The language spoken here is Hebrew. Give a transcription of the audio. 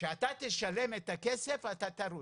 כשאתה תשלם את הכסף, אתה תרוץ.